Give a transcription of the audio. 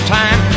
time